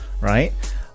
right